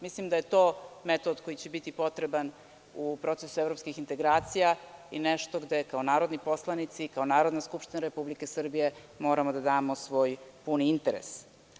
Mislim da je to metod koji će biti potreban u procesu evropskih integracija i nešto gde kao narodni poslanici, kao Narodna skupština Republike Srbije moramo da damo svoj puni interes.